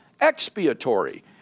expiatory